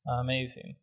amazing